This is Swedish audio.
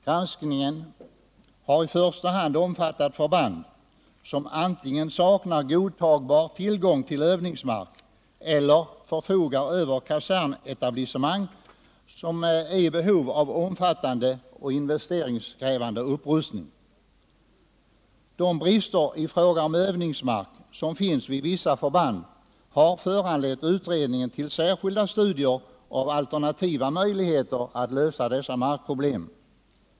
Granskningen har i första hand omfattat förband som antingen saknar godtagbar tillgång till övningsmark eller förfogar över kasernetablissemang som är i behov av omfattande och investeringskrävande upprustning. De brister i fråga om övningsmark som finns vid vissa förband har föranlett utredningen till särskilda studier av alternativa möjligheter att lösa dessa markproblem.